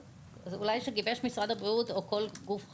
טוב, אז אולי שגיבש משרד הבריאות או כל גוף אחר?